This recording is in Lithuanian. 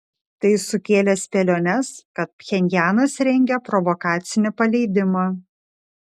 tai sukėlė spėliones kad pchenjanas rengia provokacinį paleidimą